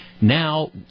Now